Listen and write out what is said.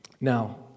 Now